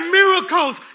miracles